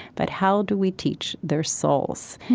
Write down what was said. but how do we teach their souls?